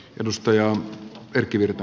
arvoisa puhemies